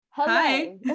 Hi